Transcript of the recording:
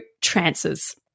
trances